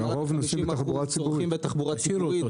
למעלה מ-50% משתמשים בתחבורה הציבורית,